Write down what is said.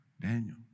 Daniel